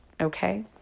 Okay